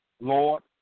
Lord